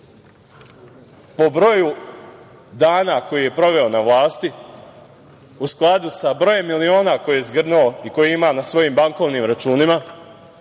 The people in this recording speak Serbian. po broju dana koje je proveo na vlasti u skladu sa brojem miliona koje je zgrnuo i koje ima na svojim bankovnim računima. Kako